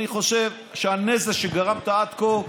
אני חושב שהנזק שגרמת עד כה,